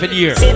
years